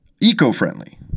eco-friendly